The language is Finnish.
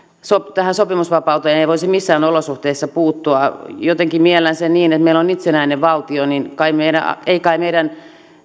tähän sopimusvapauteen ei voisi missään olosuhteissa puuttua jotenkin miellän sen niin että kun meillä on itsenäinen valtio niin ei kai meidän